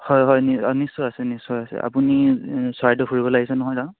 হয় হয় নিশ্চয় আছে নিশ্চয় আছে আপুনি চৰাইদেউ ফুৰিব আহিছে নহয় জানো